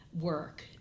work